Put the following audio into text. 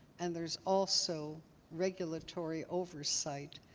and there's also regulatory oversight,